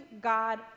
God